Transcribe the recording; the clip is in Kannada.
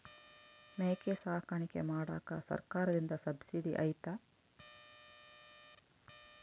ಮೇಕೆ ಸಾಕಾಣಿಕೆ ಮಾಡಾಕ ಸರ್ಕಾರದಿಂದ ಸಬ್ಸಿಡಿ ಐತಾ?